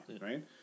right